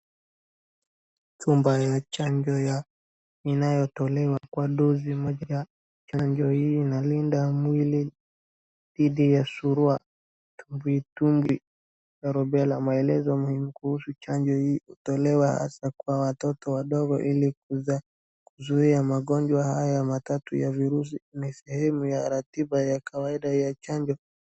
Chupa ya chanjo ya inayotolewa kwa dosi moja na ndio hii inalinda mwili dhidi ya surua, matumbwitumbwi na rubela. Maelezo muhimu kuhusu chanjo hii hutolewa hasaa kwa watoto wadogo ili kuzuia magonjwa haya matatu ya virusi. Ni sehemu ya ratiba tatu ya chanjo.